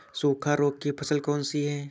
सूखा रोग की फसल कौन सी है?